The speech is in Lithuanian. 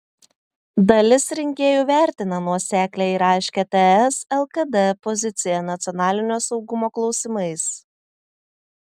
dalis rinkėjų vertina nuoseklią ir aiškią ts lkd poziciją nacionalinio saugumo klausimais